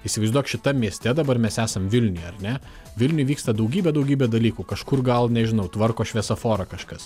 įsivaizduok šitam mieste dabar mes esam vilniuje ar ne vilniuj vyksta daugybė daugybė dalykų kažkur gal nežinau tvarko šviesoforą kažkas